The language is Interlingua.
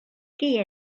que